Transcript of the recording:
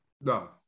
no